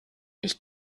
ich